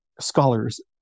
scholars